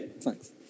thanks